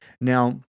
Now